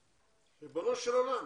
ריבונו של עולם.